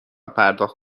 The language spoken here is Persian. پرداخت